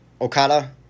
Okada